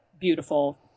beautiful